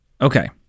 Okay